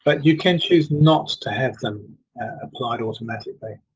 but you can choose not to have them applied automatically.